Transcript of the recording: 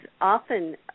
often